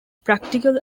practical